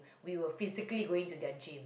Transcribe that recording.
we will physically going to their gym